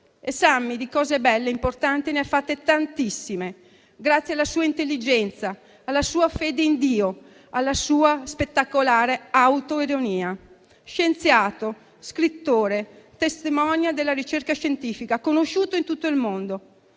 Sammy di cose belle e importanti ne ha fatte tantissime, grazie alla sua intelligenza, alla sua fede in Dio e alla sua spettacolare autoironia. È stato scienziato, scrittore, *testimonial* della ricerca scientifica, conosciuto in tutto il mondo,